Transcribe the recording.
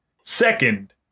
second